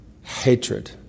hatred